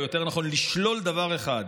או יותר נכון לשלול דבר אחד,